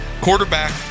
Quarterback